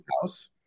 house